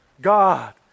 God